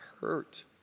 hurt